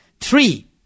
Three